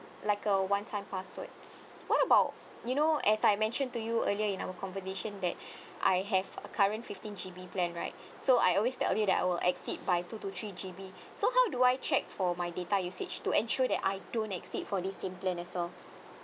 like a one time password what about you know as I mentioned to you earlier in our conversation that I have current fifteen G_B plan right so I always tell you that I will exceed by two to three G_B so how do I check for my data usage to ensure that I don't exceed for this same plan as well